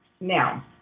Now